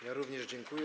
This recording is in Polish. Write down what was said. Ja również dziękuję.